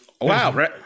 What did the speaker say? Wow